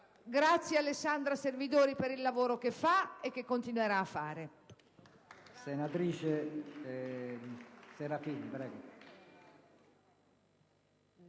Grazie ad Alessandra Servidori per il lavoro che fa e che continuerà a fare.